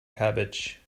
cabbage